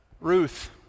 Ruth